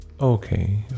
okay